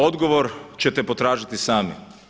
Odgovor ćete potražiti sami.